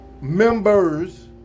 members